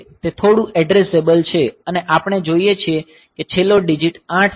તે થોડું એડ્રેસેબલ છે અને આપણે જોઈએ છીએ કે છેલ્લો ડીજીટ 8 છે